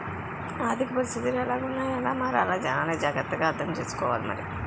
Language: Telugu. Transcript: ఆర్థిక పరిస్థితులు ఎలాగున్నాయ్ ఎలా మారాలో జనాలే జాగ్రత్త గా అర్థం సేసుకోవాలి మరి